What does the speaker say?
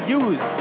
use